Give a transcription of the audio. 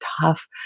tough